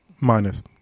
minus